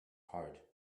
heart